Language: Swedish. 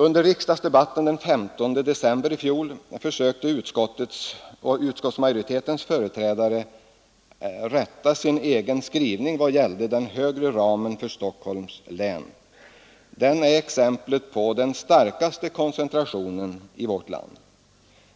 Under riksdagsdebatten den 15 december i fjol försökte utskottsmajoritetens företrädare rätta sin egen skrivning när det gällde den högre ramen för Stockholms län, Stockholms län är